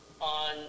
on